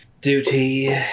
Duty